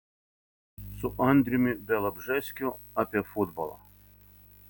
su andriumi bialobžeskiu apie futbolą